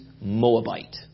Moabite